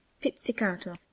pizzicato